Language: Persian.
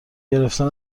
گرفتن